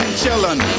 chillin